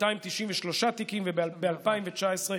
293 תיקים וב-2019,